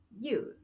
use